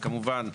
וכמובן,